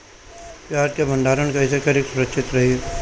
प्याज के भंडारण कइसे करी की सुरक्षित रही?